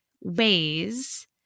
ways